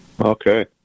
Okay